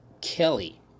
Kelly